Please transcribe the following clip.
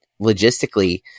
logistically